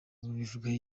bubivugaho